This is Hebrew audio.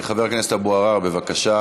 חבר הכנסת טלב אבו עראר, בבקשה.